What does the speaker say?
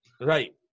Right